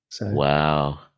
Wow